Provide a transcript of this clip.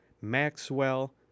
Maxwell